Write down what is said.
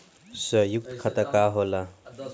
सयुक्त खाता का होला?